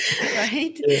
Right